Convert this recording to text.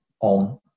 on